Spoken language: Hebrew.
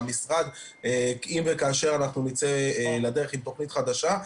אם וכאשר נצא לדרך עם תכנית חדשה,